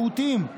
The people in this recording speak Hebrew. מהותיים,